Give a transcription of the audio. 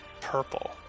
purple